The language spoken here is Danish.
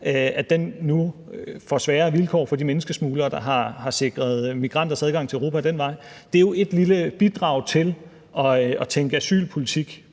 der nu giver sværere vilkår for de menneskesmuglere, der har sikret migranters adgang til Europa ad den vej, jo er et lille bidrag til at tænke asylpolitik